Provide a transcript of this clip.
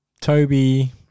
Toby